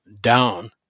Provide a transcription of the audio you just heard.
down